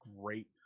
great